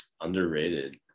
underrated